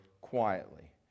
quietly